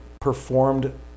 performed